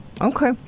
Okay